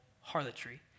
harlotry